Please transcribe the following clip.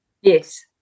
Yes